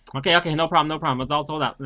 um ok ok no problem no problem its all sold out.